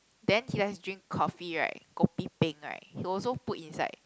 then he just drink coffee right kopi peng right he also put inside